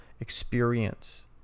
experience